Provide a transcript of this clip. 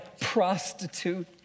prostitute